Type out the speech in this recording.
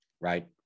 right